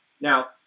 Now